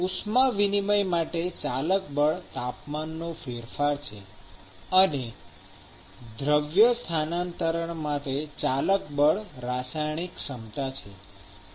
ઉષ્મા વિનિમય માટે ચાલક બળ તાપમાનનો તફાવત છે અને દ્રવ્યાંતરણ માટે ચાલક બળ રસાયણિક સ્થિતિમાન છે